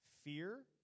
fear